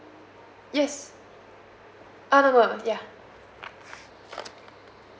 yes ah no no yeah